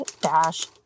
dash